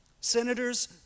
Senators